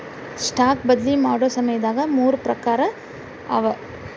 stock ಬದ್ಲಿ ಮಾಡೊ ಸಮಯದಾಗ ಮೂರ್ ಪ್ರಕಾರವ